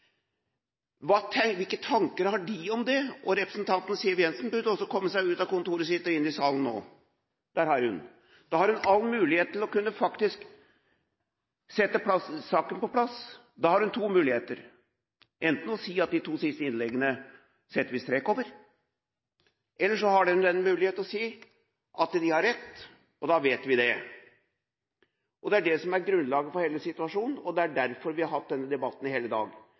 Hvilke tanker har de om det? Representanten Siv Jensen burde også komme seg ut av kontoret sitt og inn i salen. – Der er hun. Da har hun all mulighet til faktisk å sette saken på plass. Hun har to muligheter: Enten å si at de to siste innleggene setter vi strek over, eller å si at de har rett, og da vet vi det. Det er det som er grunnlaget for hele situasjonen, og det er derfor vi har hatt denne debatten i hele dag.